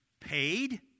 paid